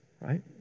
right